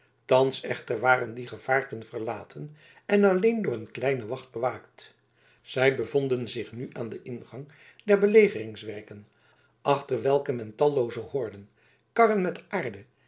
thans echter waren die gevaarten verlaten en alleen door een kleine wacht bewaakt zij bevonden zich nu aan den ingang der belegeringswerken achter welke men tallooze horden karren met aarde